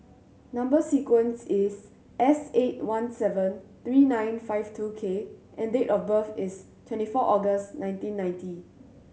number sequence is S eight one seven three nine five two K and date of birth is twenty four August nineteen ninety